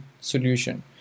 solution